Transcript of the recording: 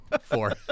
four